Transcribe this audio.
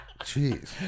Jeez